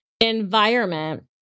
environment